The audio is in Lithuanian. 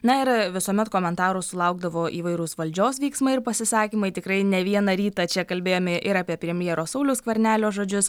na ir visuomet komentarų sulaukdavo įvairūs valdžios veiksmai ir pasisakymai tikrai ne vieną rytą čia kalbėjome ir apie premjero sauliaus skvernelio žodžius